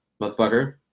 motherfucker